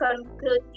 conclude